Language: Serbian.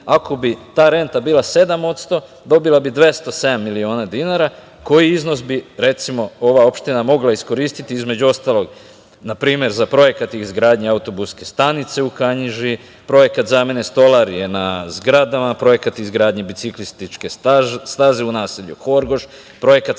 ako bi ta renta bila 7% dobila bi 207 miliona dinara, koji bi iznos, recimo, ova opština mogla iskoristiti između ostalog na primer za projekat i izgradnju autobuske stanice u Kanjiži, projekat zamene stolarije na zgradama, projekat izgradnje biciklističke staze u naselju Horgoš, projekat